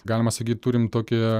galima sakyt turim tokią